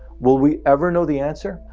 will we ever know the answer?